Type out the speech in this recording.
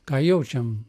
ką jaučiam